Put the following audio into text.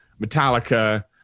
Metallica